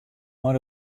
mei